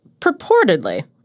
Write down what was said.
purportedly